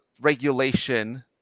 regulation